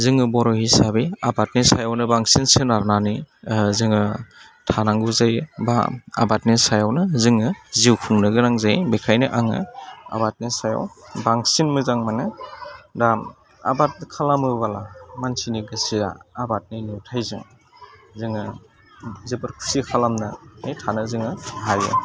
जोङो बर' हिसाबै आबादनि सायावनो बांसिन सोनारनानै जोङो थानांगौ जायो बा आबादनि सायावनो जोङो जिउ खुनो गोनां जायो बेखायनो आङो आबादनि सायाव बांसिन मोजां मोनो दा आबाद खालामोब्ला मानसिनि गोसोआ आबादनि नुथायजों जोङो जोबोद खुसि खालामनानै थानो जोङो हायो